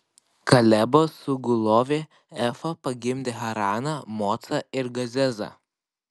kalebo sugulovė efa pagimdė haraną mocą ir gazezą